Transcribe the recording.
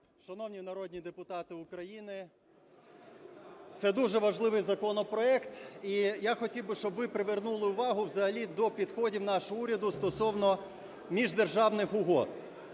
Шановні народні депутати України, це дуже важливий законопроект і я хотів би, щоб ви привернули увагу взагалі до підходів нашого уряду стосовно міждержавних угод.